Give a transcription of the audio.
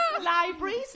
Libraries